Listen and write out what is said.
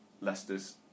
Leicester's